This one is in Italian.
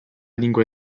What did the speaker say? lingua